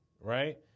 Right